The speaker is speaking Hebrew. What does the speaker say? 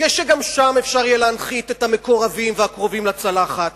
כדי שגם שם יהיה אפשר להנחית את המקורבים והקרובים לצלחת.